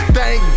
Thank